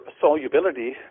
solubility